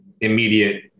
immediate